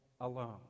alone